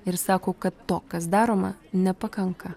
ir sako kad to kas daroma nepakanka